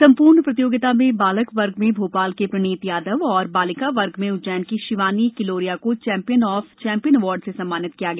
संपूर्ण प्रतियोगिता में बालक वर्ग में भोपाल के प्रणीत यादव तथा बालिका वर्ग में उज्जैन की शिवानी किलोरिया को चैम्पियन ऑफ चैम्पियन अवार्ड से सम्मानित किया गया